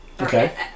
Okay